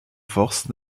forces